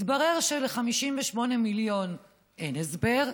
התברר של-58 מיליון אין הסבר.